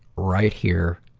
right here,